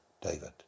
David